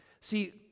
See